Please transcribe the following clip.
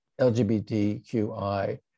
LGBTQI